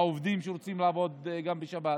בעובדים שרוצים לעבוד בשבת,